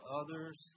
others